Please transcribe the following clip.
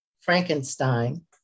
Frankenstein